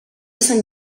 sant